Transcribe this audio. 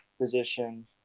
position